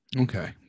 Okay